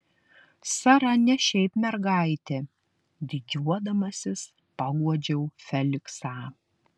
sara ne šiaip mergaitė didžiuodamasis paguodžiau feliksą